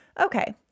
Okay